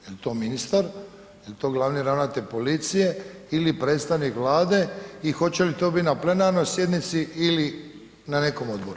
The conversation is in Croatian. Je li to ministar, je li to glavni ravnatelj policije ili predstavnik Vlade i hoće li to biti na plenarnoj sjednici ili na nekom odboru?